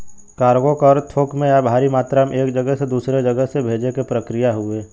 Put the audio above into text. cargo क अर्थ थोक में या भारी मात्रा में एक जगह से दूसरे जगह से भेजे क प्रक्रिया हउवे